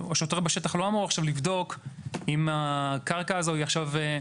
השוטר בשטח לא אמור לבדוק אם הקרקע הזאת היא אכן חקלאית.